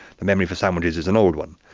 the memory for sandwiches is an old one.